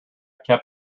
kept